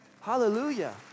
Hallelujah